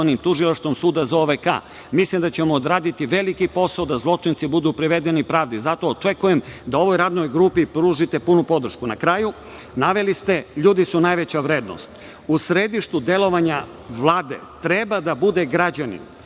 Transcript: kraju, naveli ste – ljudi su najveća vrednost. U središtu delovanja Vlada treba da bude građanin,